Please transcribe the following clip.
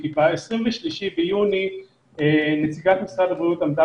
כי ב-23 ביוני נציגת משרד הבריאות עמדה